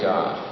God